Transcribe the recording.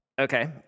Okay